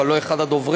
אבל לא אחד הדוברים,